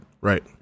Right